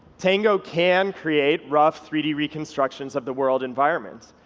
tango can create rough three d reconstructions of the world environment,